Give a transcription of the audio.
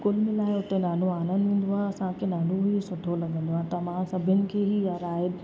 कुलु मिलाए हुते ॾाढो आनंदु ईंदो आहे असांखे ॾाढो ई सुठो लॻंदो आहे त मां सभिनि खे ईअं राय